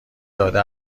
داده